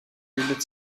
bildet